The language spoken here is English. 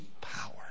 power